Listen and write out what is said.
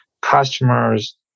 customers